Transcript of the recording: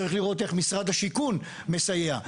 צריך לראות איך משרד השיכון מסייע.